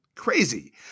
crazy